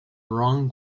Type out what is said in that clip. wrong